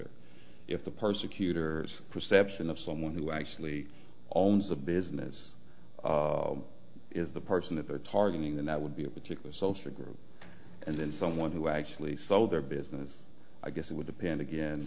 persecutor if the persecutors perception of someone who actually owns a business is the person that they're targeting that would be a particular social group and then someone who actually sold their business i guess it would depend again